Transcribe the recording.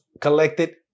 collected